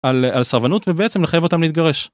על סרבנות ובעצם לחייב אותם להתגרש.